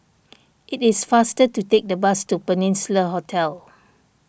it is faster to take the bus to Peninsula Hotel